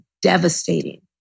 Devastating